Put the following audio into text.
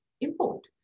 import